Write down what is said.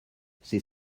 c’est